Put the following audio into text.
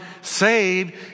saved